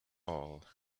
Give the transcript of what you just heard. all